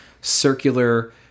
circular